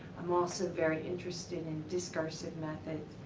am also very interested in discursive methods,